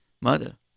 mother